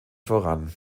voran